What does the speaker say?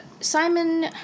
Simon